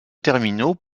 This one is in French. terminaux